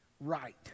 right